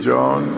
John